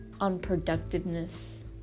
unproductiveness